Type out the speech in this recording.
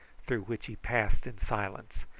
through which he passed in silence,